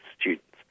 students